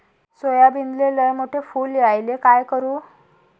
सोयाबीनले लयमोठे फुल यायले काय करू?